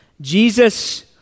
Jesus